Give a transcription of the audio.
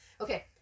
okay